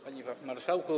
Panie Marszałku!